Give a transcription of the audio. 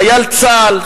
חייל צה"ל,